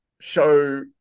show